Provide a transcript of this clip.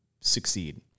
succeed